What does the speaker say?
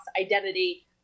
identity